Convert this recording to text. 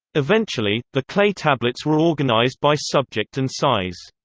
eventually, the clay tablets were organized by subject and size.